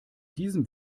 diesem